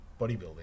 bodybuilding